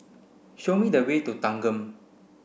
show me the way to Thanggam